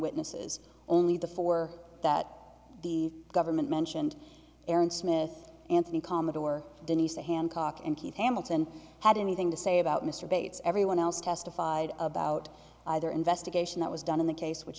witnesses only the four that the government mentioned aaron smith anthony commodore denise the hancock and keith hamilton had anything to say about mr bates everyone else testified about either investigation that was done in the case which